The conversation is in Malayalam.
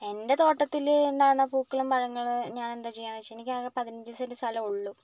എൻ്റെ തോട്ടത്തില് ഉണ്ടാകുന്ന പൂക്കളും പഴങ്ങളും ഞാനെന്താ ചെയ്യാന്ന് വെച്ചാൽ എനിക്കാകെ പതിനഞ്ച് സെൻ്റെ് സ്ഥലമേ ഉള്ളു